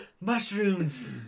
Mushrooms